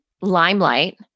limelight